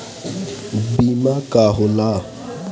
बीमा का होला?